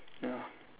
ya